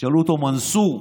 ישאלו אותו: מנסור,